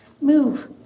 move